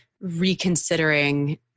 reconsidering